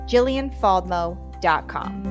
JillianFaldmo.com